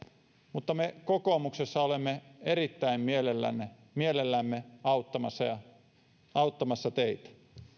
mutta me kokoomuksessa olemme erittäin mielellämme mielellämme auttamassa teitä